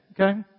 Okay